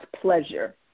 pleasure